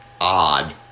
odd